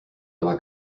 aber